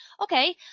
okay